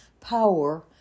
power